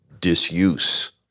disuse